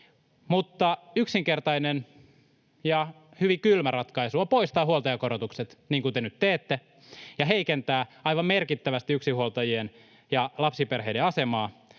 mutta yksinkertainen ja hyvin kylmä ratkaisu on poistaa huoltajakorotukset, niin kuin te nyt teette, ja heikentää aivan merkittävästi yksinhuoltajien ja lapsiperheiden asemaa.